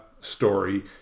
story